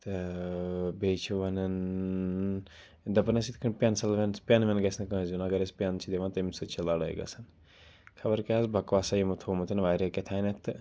تہٕ بیٚیہِ چھِ وَنان دَپان یِتھ ٲسۍ یِتھ کٔنۍ پیٚنسَل ویٚن پیٚن ویٚن گژھِ نہٕ کٲنٛسہِ دیُن اگر أسۍ پیٚن چھِ دِوان تمہِ سۭتۍ چھِ لَڑٲے گژھان خبر کیٛاہ حظ بَکواسا یِمو تھومُت واریاہ کیتھانیٚتھ تہٕ